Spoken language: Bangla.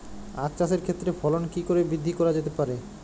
আক চাষের ক্ষেত্রে ফলন কি করে বৃদ্ধি করা যেতে পারে?